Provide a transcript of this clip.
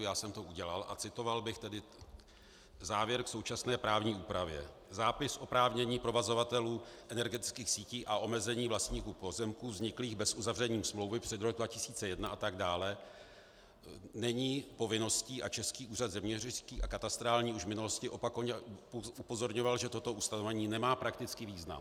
Já jsem to udělal a citoval bych tedy závěr k současné právní úpravě: Zápis oprávnění provozovatelů energetických sítí a omezení vlastníků pozemků vzniklých bez uzavření smlouvy před rokem 2001 atd. není povinností a Český úřad zeměměřický a katastrální už v minulosti opakovaně upozorňoval, že toto ustanovení nemá praktický význam.